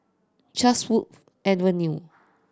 Chatsworth Avenue